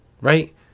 Right